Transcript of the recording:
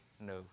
no